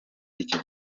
iki